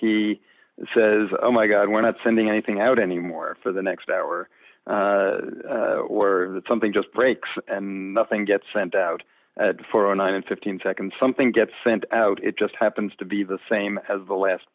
he says oh my god we're not sending anything out anymore for the next hour or something just breaks and nothing gets sent out for a nine and fifteen seconds something gets sent out it just happens to be the same as the last